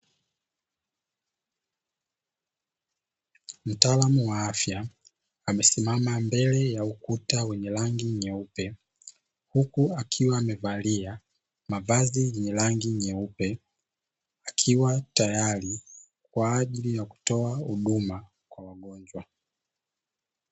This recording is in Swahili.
Mtaalamu wa afya amesimama mbele ya ukuta wenye rangi nyeupe huku akiwa amevalia mavazi yenye rangi nyeupe, akiwa tayari kwa ajili ya kutoa huduma kwa wagonjwa.